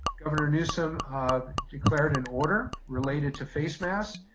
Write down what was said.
governor newsom declared an order related to face masks,